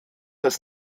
des